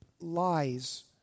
lies